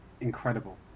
incredible